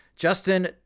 Justin